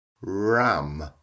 ram